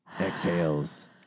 exhales